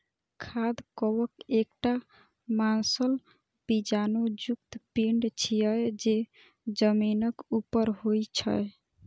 खाद्य कवक एकटा मांसल बीजाणु युक्त पिंड छियै, जे जमीनक ऊपर होइ छै